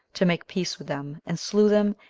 to make peace with them, and slew them,